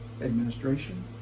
administration